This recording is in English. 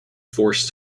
forced